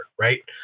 right